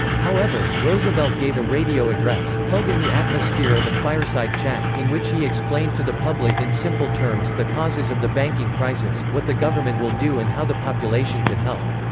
however, roosevelt gave a radio address, held in the atmosphere of a fireside chat, in which he explained to the public in simple terms the causes of the banking crisis, what the government will do and how the population could help.